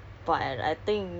quite a workaholic